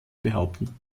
behaupten